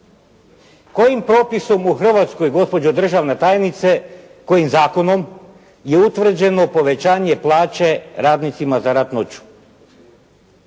Kojim propisom u Hrvatskoj gospođo državna tajnice, kojim zakonom je utvrđeno povećanje plaće radnicima za rad noću?